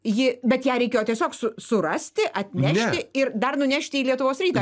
ji bet ją reikėjo tiesiog su surasti atnešti ir dar nunešti į lietuvos rytą